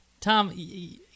Tom